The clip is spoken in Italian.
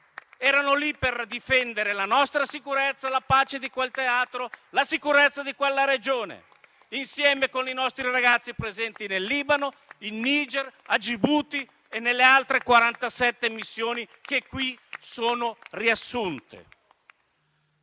sono ì per difendere la nostra sicurezza, la pace di quel teatro e la sicurezza di quella regione, insieme ai nostri ragazzi presenti in Libano, in Niger, in Gibuti e nelle altre 47 missioni che sono riassunte